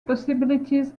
possibilities